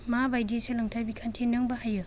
माबायदि सोलोंथाइ बिखान्थि नों बाहायो